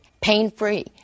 pain-free